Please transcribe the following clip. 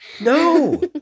No